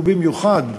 ובמיוחד,